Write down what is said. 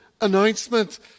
announcement